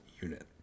Unit